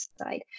side